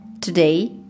Today